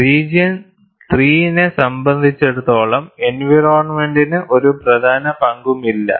region 3 നെ സംബന്ധിച്ചിടത്തോളം എൻവയറോണ്മെന്റിനു ഒരു പ്രധാന പങ്കുമില്ല